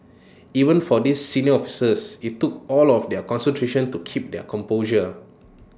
even for these senior officers IT took all of their concentration to keep their composure